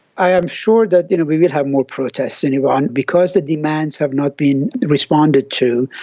i am sure that we will have more protests in iran because the demands have not been responded to.